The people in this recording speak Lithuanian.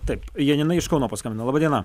taip janina iš kauno paskambino laba diena